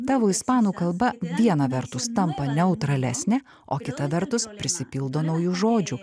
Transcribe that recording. tavo ispanų kalba viena vertus tampa neutralesnė o kita vertus prisipildo naujų žodžių